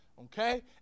Okay